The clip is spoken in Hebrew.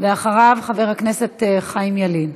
אחריו, חבר הכנסת חיים ילין.